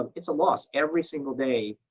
um it's a loss. every single day,